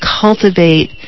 cultivate